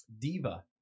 Diva